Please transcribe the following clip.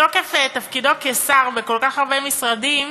מתוקף תפקידו כשר בכל כך הרבה משרדים,